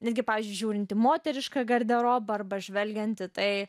negi pavyzdžiui žiūrint į moterišką garderobą arba žvelgianti tai